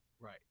right